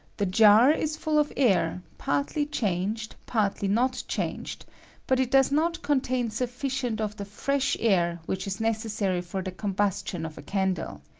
the jar is full of air, partly changed, partly not changed but it does not contain sufficient of the fresh air which is necessary for the combustion of a csandle.